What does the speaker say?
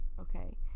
okay